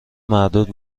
مردود